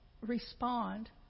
respond